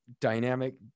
dynamic